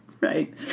Right